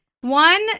One